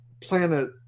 planet